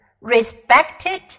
respected